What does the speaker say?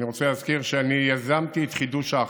אני רוצה להזכיר שאני יזמתי את חידוש ההחלטה,